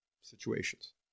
situations